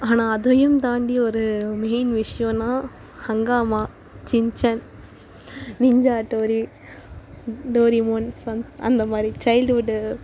ஆனால் அதையும் தாண்டி ஒரு மெயின் விஷயன்னா Hungama Shinchan Ninja Hattori Doraemon Sun அந்த மாதிரி சைல்டுஹுட்டு